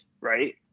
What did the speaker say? right